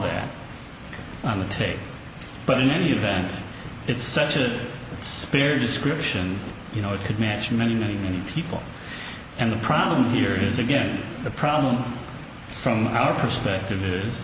that on the tape but in any event it's such a spear description you know it could match many many many people and the problem here is again the problem from our perspective is